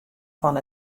fan